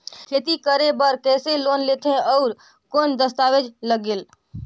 खेती करे बर कइसे लोन लेथे और कौन दस्तावेज लगेल?